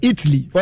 Italy